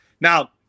Now